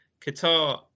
Qatar